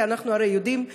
כי אנחנו הרי יודעים,